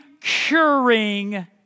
curing